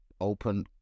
open